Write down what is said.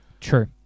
True